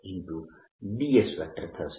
dS થશે